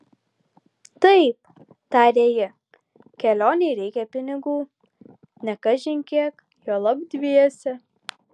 taip tarė ji kelionei reikia pinigų ne kažin kiek juolab dviese